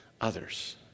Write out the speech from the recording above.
others